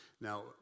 Now